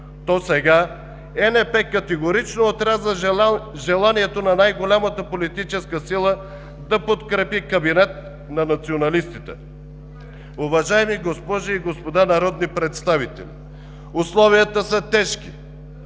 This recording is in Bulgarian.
то сега ЕНП категорично отряза желанието на най голямата политическа сила да подкрепи кабинет на националистите. (Шум и реплики от ПФ.) Уважаеми госпожи и господа народни представители, условията са тежки